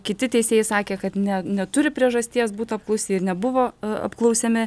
kiti teisėjai sakė kad ne neturi priežasties būti apklausti ir nebuvo apklausiami